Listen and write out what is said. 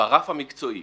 ברף המקצועי